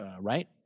right